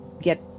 get